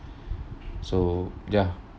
so ya